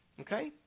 Okay